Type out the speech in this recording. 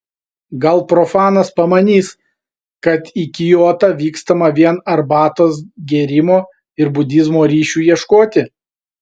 gal profanas pamanys kad į kiotą vykstama vien arbatos gėrimo ir budizmo ryšių ieškoti